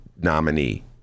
nominee